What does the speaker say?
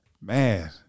man